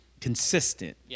consistent